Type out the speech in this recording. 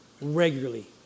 regularly